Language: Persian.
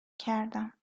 کردم